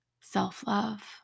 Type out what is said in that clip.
self-love